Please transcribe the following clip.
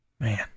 Man